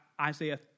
Isaiah